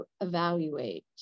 evaluate